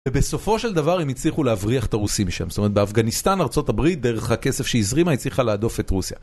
ובסופו של דבר הם הצליחו להבריח את הרוסים משם, זאת אומרת באפגניסטן, ארה״ב, דרך הכסף שהזרימה הצליחה להדוף את רוסיה.